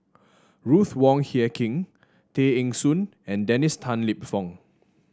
Ruth Wong Hie King Tay Eng Soon and Dennis Tan Lip Fong